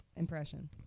Impression